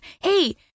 Hey